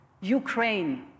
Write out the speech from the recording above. Ukraine